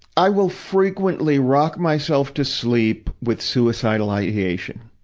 i will frequently rock myself to sleep with suicidal ideation.